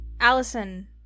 Allison